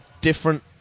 different